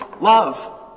Love